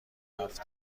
هفت